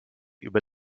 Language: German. über